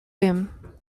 him